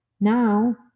now